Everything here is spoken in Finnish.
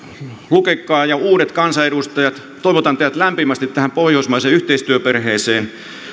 lukekaa ja uudet kansanedustajat toivotan teidät lämpimästi tähän pohjoismaiseen yhteistyöperheeseen